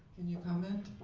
can you comment?